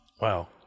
Wow